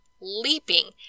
leaping